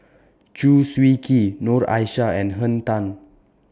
Chew Swee Kee Noor Aishah and Henn Tan